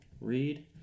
read